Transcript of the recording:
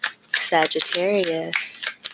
Sagittarius